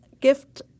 gift